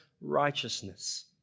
righteousness